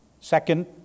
Second